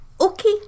Okay